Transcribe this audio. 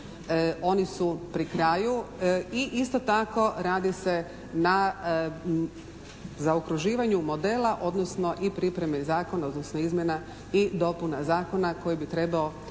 Oni su pri kraju i isto tako radi se na zaokruživanju modela, odnosno i pripremi zakona, odnosno izmjena i dopuna zakona koji bi trebao